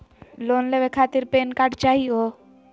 Loan लेवे खातीर PAN card चाहियो?